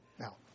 Now